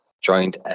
joined